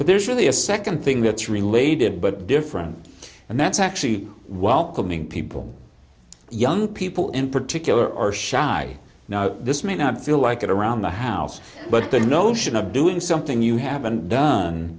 but there's really a say can thing that's related but different and that's actually welcoming people young people in particular or shy now this may not feel like it around the house but the notion of doing something you haven't done